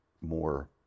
more